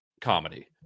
comedy